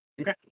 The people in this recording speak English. Okay